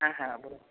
হ্যাঁ হ্যাঁ বলুন